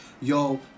yo